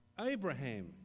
Abraham